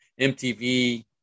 MTV